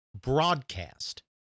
broadcast